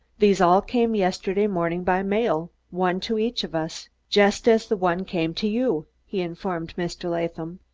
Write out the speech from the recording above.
these all came yesterday morning by mail, one to each of us just as the one came to you, he informed mr. latham.